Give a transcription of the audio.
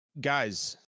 Guys